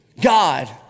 God